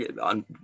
on